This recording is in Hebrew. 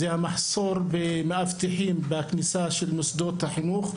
זה המחסור במאבטחים בכניסה של מוסדות החינוך.